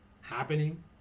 happening